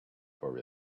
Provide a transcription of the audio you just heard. for